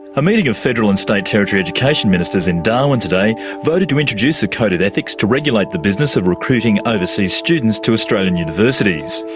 a meeting of federal and state and territory education ministers in darwin today voted to introduce a code of ethics to regulate the business of recruiting overseas students to australian universities.